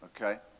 okay